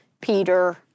Peter